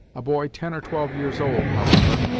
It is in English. a boy ten or twelve years old, however,